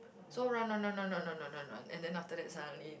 so run run run run run run run and then after that suddenly